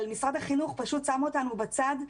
אבל משרד החינוך פשוט שם אותנו בצד.